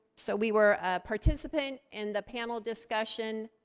so we were a participant in the panel discussion.